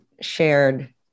shared